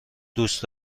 دوست